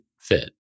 fit